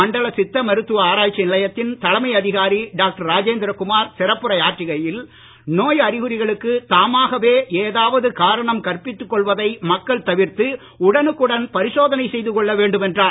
மண்டல சித்த மருத்துவ ஆராய்ச்சி நிலையத்தின் தலைமை அதிகாரி டாக்டர் ராஜேந்திர குமார் சிறப்புரையாற்றுகையில் நோய் அறிகுறிகளுக்கு தாமாகவே ஏதாவது காரணம் கற்பித்துக் கொள்வதை மக்கள் தவிர்த்து உடனுக்குடன் பரிசோதனை செய்து கொள்ள வேண்டும் என்றார்